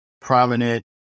prominent